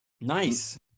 Nice